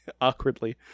Awkwardly